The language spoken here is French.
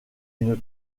une